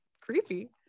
Creepy